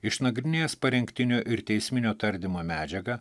išnagrinėjęs parengtinio ir teisminio tardymo medžiagą